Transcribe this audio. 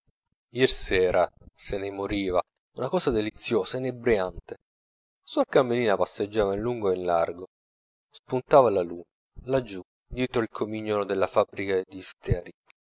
ier sera se ne moriva una cosa deliziosa inebriante suor carmelina passeggiava in lungo e in largo spuntava la luna laggiù dietro il comignolo della fabbrica